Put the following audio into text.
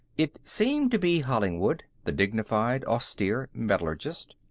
it seemed to be hollingwood, the dignified, austere metallurgist.